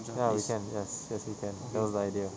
ya we can yes yes we can that was the idea